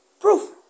Proof